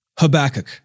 Habakkuk